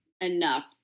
enough